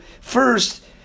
first